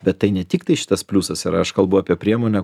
bet tai ne tiktai šitas pliusas yra aš kalbu apie priemonę